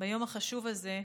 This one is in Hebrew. ביום החשוב הזה,